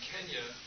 Kenya